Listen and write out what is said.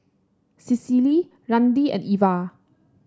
Cecily Randi and Ivah